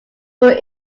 were